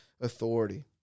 authority